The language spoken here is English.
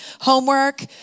homework